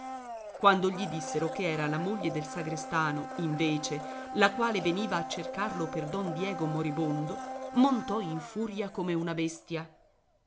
quando gli dissero che era la moglie del sagrestano invece la quale veniva a cercarlo per don diego moribondo montò in furia come una bestia